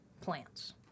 plants